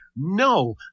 No